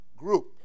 group